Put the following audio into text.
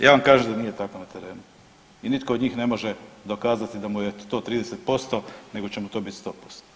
Ja vam kažem da nije tako na terenu i nitko od njih ne može dokazati da mu je to 30% nego će mu to biti 100%